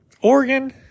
oregon